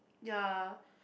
ya